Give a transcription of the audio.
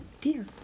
dear